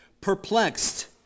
perplexed